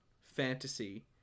fantasy